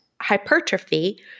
hypertrophy